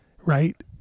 right